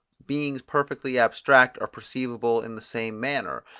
beings perfectly abstract are perceivable in the same manner,